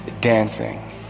dancing